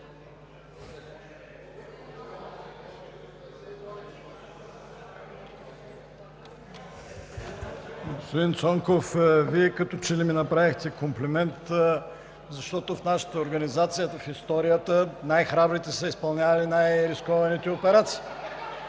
Господин Цонков, Вие като че ли ми направихте комплимент, защото в нашата организация в историята най-храбрите са изпълнявали най-рискованите операции.